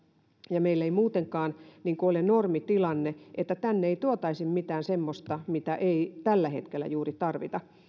ja meillä ei muutenkaan ole normitilanne että tänne ei tuotaisi mitään semmoista mitä ei juuri tällä hetkellä tarvita